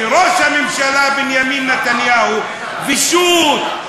וראש הממשלה בנימין נתניהו ושות',